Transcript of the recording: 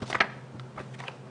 ואנחנו